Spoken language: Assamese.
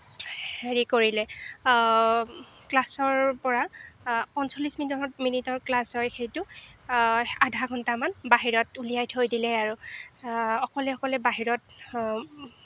হেৰি কৰিলে ক্লাছৰ পৰা আ পঞ্চল্লিছ মিনিটৰ ক্লাছ হয় সেইটো আধা ঘণ্টামান বাহিৰত উলিয়াই থৈ দিলে আৰু অকলে অকলে বাহিৰত